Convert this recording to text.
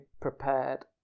prepared